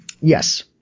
Yes